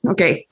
Okay